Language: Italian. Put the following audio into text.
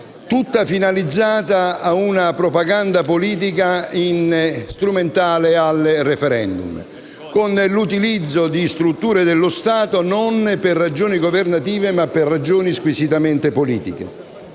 tutta finalizzata ad una propaganda politica strumentale al *referendum* con l'utilizzo di strutture dello Stato non per ragioni governative ma squisitamente politiche.